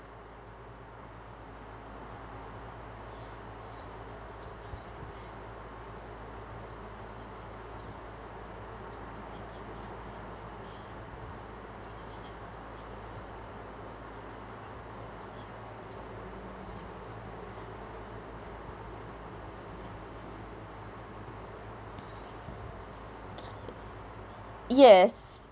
yes